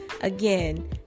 Again